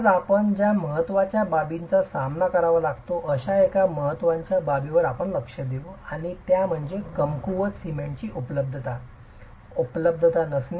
आज आपण ज्या महत्वाच्या बाबींचा सामना करावा लागतो अशा एका महत्त्वाच्या बाबीवर आपण लक्ष देऊ आणि त्या म्हणजे कमकुवत सिमेंटची उपलब्धता उपलब्धता नसणे